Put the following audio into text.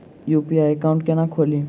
UPI account केना खोलि?